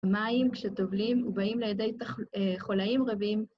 מים כשטובלים ובאים לידי חולאים רבים.